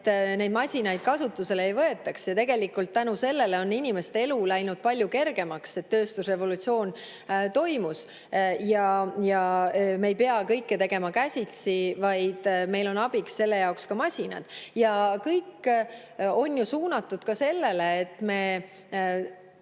et neid masinaid kasutusele ei võetaks. Tegelikult tänu sellele on inimeste elu läinud palju kergemaks, et tööstusrevolutsioon toimus ja me ei pea kõike tegema käsitsi, vaid meil on abiks ka masinad. Ja kõik on ju suunatud sellele, et me